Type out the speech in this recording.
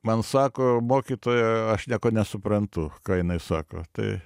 man sako mokytoja aš nieko nesuprantu ką jinai sako tai